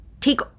take